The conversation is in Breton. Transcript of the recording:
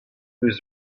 eus